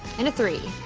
and a three.